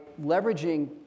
leveraging